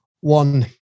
one